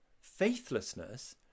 faithlessness